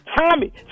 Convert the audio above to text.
Tommy